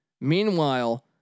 Meanwhile